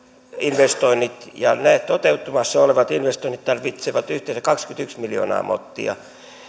investoinnit ja ne toteutumassa olevat investoinnit tarvitsevat yhteensä kaksikymmentäyksi miljoonaa mottia